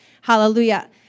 Hallelujah